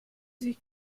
sich